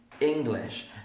english